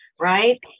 right